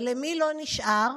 ולמי לא נשאר?